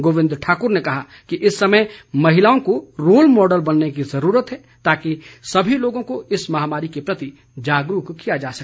गोविंद ठाकुर ने कहा कि इस समय महिलाओं को रोल मॉडल बनने की जरूरत है ताकि सभी लोगों को इस महामारी के प्रति जागरूक किया जा सके